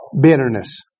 Bitterness